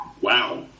Wow